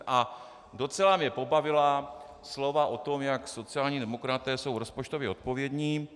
A docela mě pobavila slova o tom, jak sociální demokraté jsou rozpočtově odpovědní.